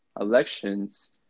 elections